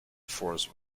force